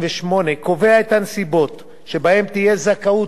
קובע את הנסיבות שבהן תהיה זכאות